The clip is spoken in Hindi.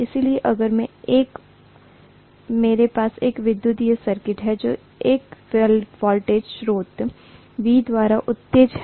इसलिए अगर मेरे पास एक विद्युत सर्किट है जो एक वोल्टेज स्रोत V द्वारा उत्तेजित है